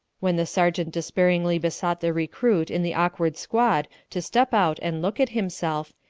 when the sergeant despairingly besought the recruit in the awkward squad to step out and look at himself,